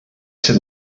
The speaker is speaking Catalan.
ser